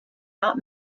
not